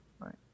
Right